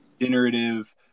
generative